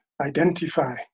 identify